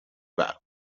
برق